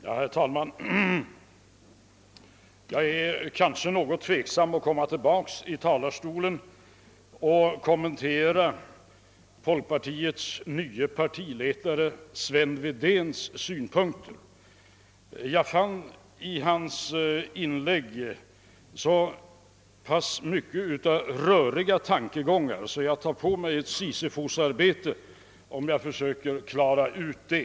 Herr talman! Jag ställer mig något tveksam till om jag återigen skall gå upp i talarstolen för att kommentera den nye folkpartiledaren Sven Wedéns synpunkter. I hans inlägg fann jag så pass mycket av röriga tankegångar att jag nog skulle påta mig ett sisyfusarbete om jag försökte klara ut dem.